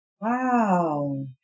Wow